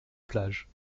plage